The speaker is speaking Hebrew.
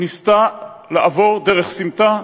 ניסתה לעבור דרך הסמטה,